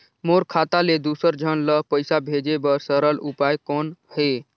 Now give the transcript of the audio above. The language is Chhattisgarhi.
मोर खाता ले दुसर झन ल पईसा भेजे बर सरल उपाय कौन हे?